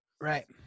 right